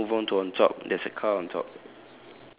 ya we move on to on top there's a car on top